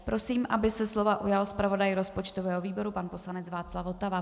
Prosím, aby se slova ujal zpravodaj rozpočtového výboru pan poslanec Václav Votava.